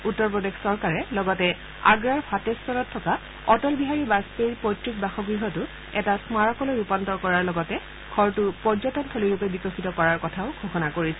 উত্তৰ প্ৰদেশ চৰকাৰে লগতে আগ্ৰাৰ ভাটেশ্বৰত থকা অটল বিহাৰী বাজপেয়ীৰ পৈত্ৰিক বাসগৃহটো এটা স্মাৰকলৈ ৰূপান্তৰ কৰাৰ লগতে ঘৰটো পৰ্যটনথলীৰূপে বিকশিত কৰাৰ কথা ঘোষণা কৰিছে